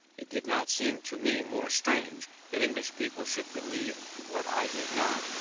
it did not seem to me more strange that english people should believe what i did not,